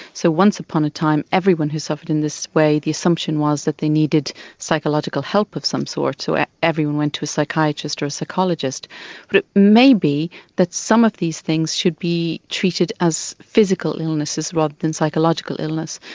so once upon a time everyone who suffered in this way, the assumption was that they needed psychological help of some sort. so everyone went to a psychiatrist or a psychologist. but it may be that some of these things should be treated as physical illnesses rather than psychological illness.